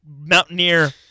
mountaineer